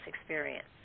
experience